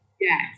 Yes